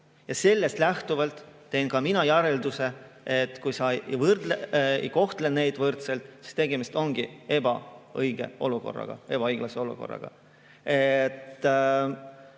sellest lähtuvalt teen ka mina järelduse, et kui sa ei kohtle neid võrdselt, siis tegemist on ebaõige olukorraga, ebaõiglase olukorraga.